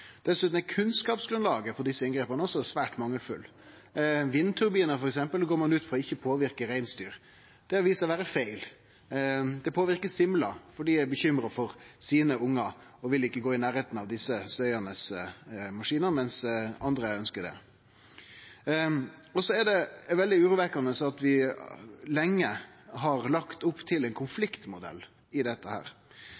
Dessutan er også kunnskapsgrunnlaget for desse inngrepa svært mangelfullt. Vindturbinar går ein f.eks. ut frå ikkje påverkar reinsdyr. Det har vist seg å vere feil. Det påverkar simla, fordi ho er bekymra for ungane sine og ikkje vil gå i nærleiken av desse støyande maskinane, mens andre ønskjer det. Så er det veldig urovekkjande at vi lenge har lagt opp til ein